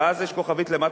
ואז יש כוכבית למטה,